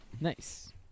Nice